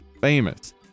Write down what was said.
famous